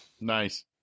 Nice